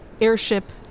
airship